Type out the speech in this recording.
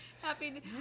happy